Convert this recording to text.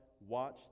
Watch